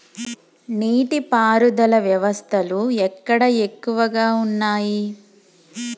నీటి పారుదల వ్యవస్థలు ఎక్కడ ఎక్కువగా ఉన్నాయి?